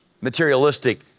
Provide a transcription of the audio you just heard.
materialistic